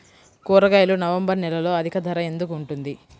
కూరగాయలు నవంబర్ నెలలో అధిక ధర ఎందుకు ఉంటుంది?